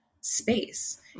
space